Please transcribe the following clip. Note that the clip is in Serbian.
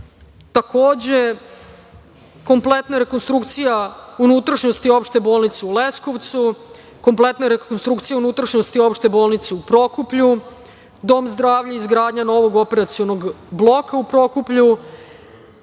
kompletna rekonstrukcija unutrašnjosti Opšte bolnice u Leskovcu, kompletna rekonstrukcija unutrašnjosti Opšte bolnice u Prokuplju, Dom zdravlja i izgradnja novog operacionog bloka u Prokuplju,